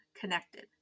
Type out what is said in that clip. connected